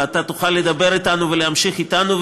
ואתה תוכל לדבר אתנו ולהמשיך אתנו.